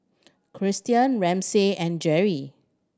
Christian Ramsey and Jerri